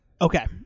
Okay